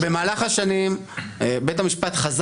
לא נכנסה לבית המשפט העליון,